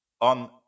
on